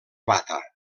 bata